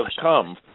come